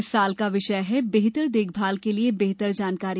इस वर्ष का विषय है बेहतर देखभाल के लिए बेहतर जानकारी